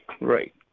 Right